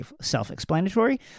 self-explanatory